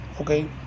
okay